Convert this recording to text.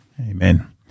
Amen